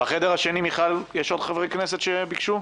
בחדר השני, מיכל, יש עוד חברי כנסת שביקשו?